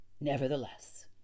nevertheless